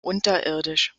unterirdisch